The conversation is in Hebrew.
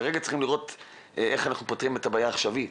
כרגע צריכים לראות איך אנחנו פותרים את הבעיה העכשווית.